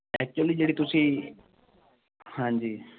actually ਜਿਹੜੀ ਤੁਸੀਂ ਹਾਂਜੀ